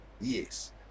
Yes